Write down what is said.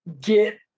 get